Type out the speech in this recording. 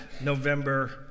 November